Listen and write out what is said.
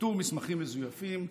איתור מסמכים מזויפים,